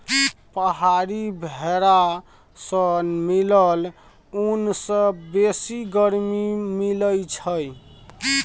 पहाड़ी भेरा सँ मिलल ऊन सँ बेसी गरमी मिलई छै